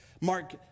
Mark